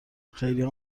خیلیها